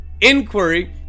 inquiry